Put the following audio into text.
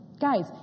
Guys